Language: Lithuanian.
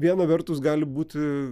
vertus gali būti